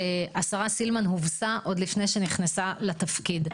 שהשרה סילמן הובסה עוד לפני שנכנסה לתפקיד.